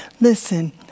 Listen